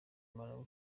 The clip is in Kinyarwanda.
malawi